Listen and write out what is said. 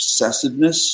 obsessiveness